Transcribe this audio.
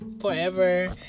forever